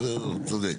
בזה הוא צודק.